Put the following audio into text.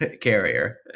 carrier